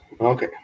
Okay